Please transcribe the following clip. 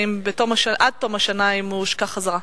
האם עד תום השנה הוא הושקע חזרה?